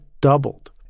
doubled